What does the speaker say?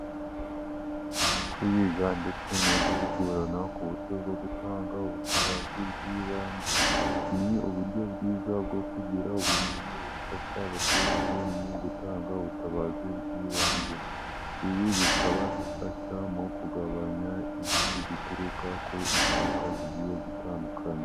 Kwiga ndetse no guhugurana ku buryo bwo gutanga ubutabazi bw'ibanze, ni uburyo bwiza bwo kugira ubumenyi bufasha abaturage mu gutanga ubutabazi bw'ibanze, ibi bikaba bifasha mu kugabanya imfu zituruka ku impanuka zigiye zitandukanye.